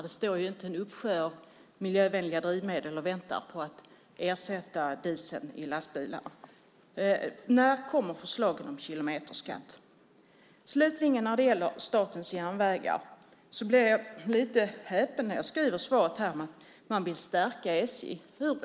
Det står ju inte en uppsjö av miljövänliga drivmedel och väntar på att ersätta dieseln i lastbilarna. När kommer förslagen om kilometerskatt? När det gäller Statens Järnvägar blir jag lite häpen när jag läser i svaret att man vill stärka SJ.